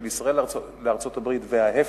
של ישראל לארצות-הברית ולהיפך,